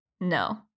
No